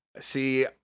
See